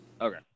Okay